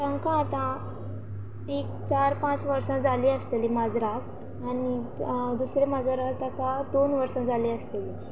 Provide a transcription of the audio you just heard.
तांकां आतां एक चार पांच वर्सां जालीं आसतलीं माजराक आनी दुसरें माजराक ताका दोन वर्सां जालीं आसतलीं